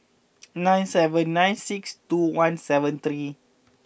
nine seven nine six two one seven three